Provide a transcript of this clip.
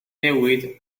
newid